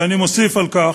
ואני מוסיף על כך: